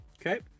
okay